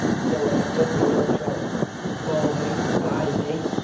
so i've built a workshop for me by me,